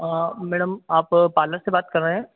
madam आप parlour से बात कर रहे हैं